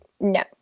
no